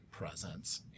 presence